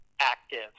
active